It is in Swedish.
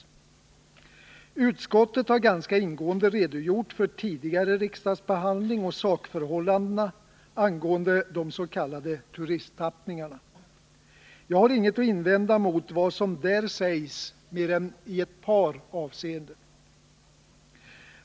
Utskottet har ganska ingående redogjort för tidigare riksdagsbehandling och sakförhållandena angående de s.k. turisttappningarna. Jag har inget att invända mot vad som där sägs mer än i ett par avseenden.